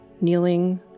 kneeling